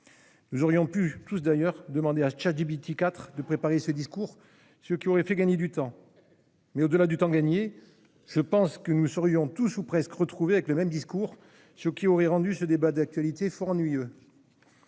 Nous aurions d'ailleurs tous pu demander à ChatGPT-4 de préparer ce discours- cela nous aurait fait gagner du temps. Au-delà du temps gagné, je pense que nous nous serions tous- ou presque -retrouvés avec le même discours, ce qui aurait rendu ce débat d'actualité fort ennuyeux.